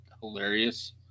hilarious